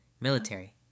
military